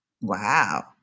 Wow